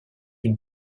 une